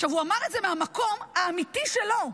הוא אמר את זה מהמקום האמיתי שלו.